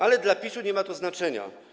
Ale dla PiS-u nie ma to znaczenia.